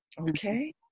Okay